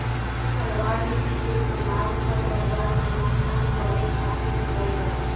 पलवार विधि के इस्तेमाल खर पतवार के रोकथाम करे खातिर भी कइल जाला